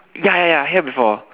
ya ya I hear before